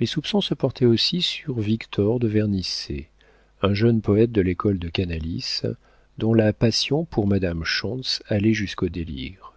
les soupçons se portaient aussi sur victor de vernisset un jeune poëte de l'école de canalis dont la passion pour madame schontz allait jusqu'au délire